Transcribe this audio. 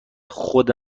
خود